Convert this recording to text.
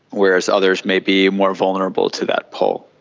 whereas others may be more vulnerable to that pull.